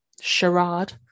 charade